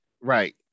Right